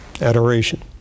adoration